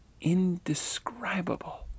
indescribable